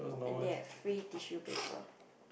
and there's free tissue paper